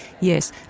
Yes